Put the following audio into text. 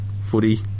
footy